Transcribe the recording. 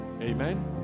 Amen